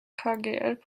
kgl